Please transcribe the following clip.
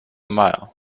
mile